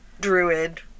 druid